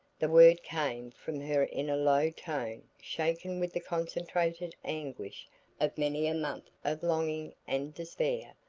the word came from her in a low tone shaken with the concentrated anguish of many a month of longing and despair,